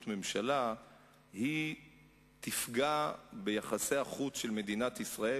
ממשלה תפגע ביחסי החוץ של מדינת ישראל,